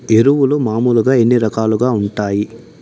ఎరువులు మామూలుగా ఎన్ని రకాలుగా వుంటాయి?